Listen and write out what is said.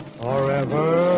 forever